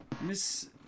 Miss